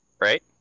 right